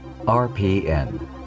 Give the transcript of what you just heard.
RPN